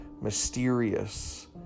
mysterious